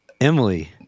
emily